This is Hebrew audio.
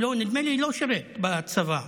נדמה לי שהוא לא שירת בצבא.